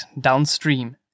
downstream